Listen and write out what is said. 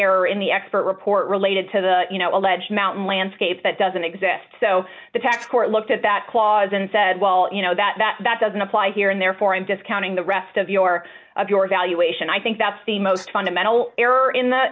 error in the expert report related to the you know alleged mountain landscape that doesn't exist so the tax court looked at that clause and said well you know that that doesn't apply here and therefore i'm discounting the rest of your of your valuation i think that's the most fundamental error in the